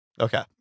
Okay